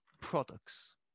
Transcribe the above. products